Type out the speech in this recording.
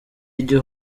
igihe